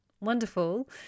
wonderful